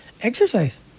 Exercise